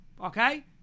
okay